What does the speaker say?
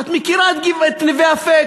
את מכירה את נווה-אפק.